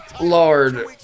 Lord